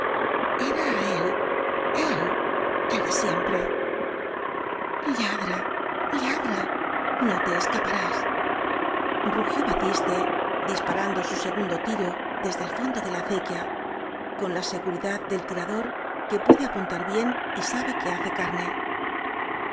barro era él él el de siempre lladre lladre no te escaparásrugió batiste disparando su segundo tiro desde el fondo de la acequia con la seguridad del tira dor que puede apuntar bien y sabe que hace carne